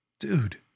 dude